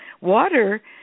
Water